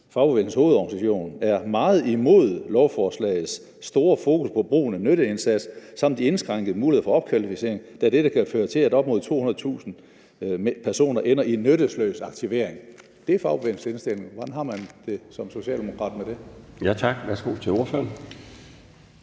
står der endvidere: »FH er meget imod lovforslagets store fokus på brugen af nytteindsats samt de indskrænkede muligheder for opkvalificering, da dette kan føre til at op mod 22.000 personer ender i nyttesløs aktivering.« Det er fagbevægelsens indstilling. Hvordan har man som socialdemokrat det med det? Kl. 13:59 Den fg. formand